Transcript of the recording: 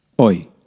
oi